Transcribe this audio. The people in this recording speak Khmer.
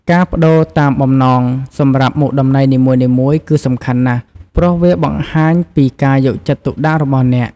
ការប្ដូរតាមបំណងសម្រាប់មុខតំណែងនីមួយៗគឺសំខាន់ណាស់ ព្រោះវាបង្ហាញពីការយកចិត្តទុកដាក់របស់អ្នក។